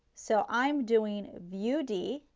so i am doing view d,